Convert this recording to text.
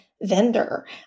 vendor